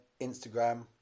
instagram